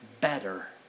better